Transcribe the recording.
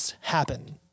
happen